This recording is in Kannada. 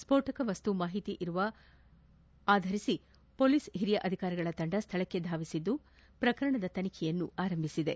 ಸ್ಕೋಟಕ ವಸ್ತು ಮಾಹಿತಿ ಇರುವ ಮಾಹಿತಿ ಆಧರಿಸಿ ವೊಲೀಸ್ ಹಿರಿಯ ಅಧಿಕಾರಿಗಳ ತಂಡ ಸ್ವಳಕ್ಕೆ ಧಾವಿಸಿದ್ದು ಪ್ರಕರಣದ ತನಿಖೆ ಆರಂಭಿಸಿದೆ